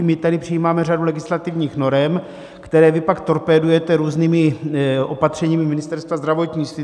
My tady přijímáme řadu legislativních norem, které vy pak torpédujete různými opatřeními Ministerstva zdravotnictví.